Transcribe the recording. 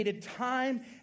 time